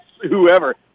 whoever